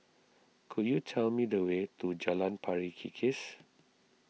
could you tell me the way to Jalan Pari Kikis